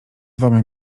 dwoma